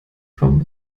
vom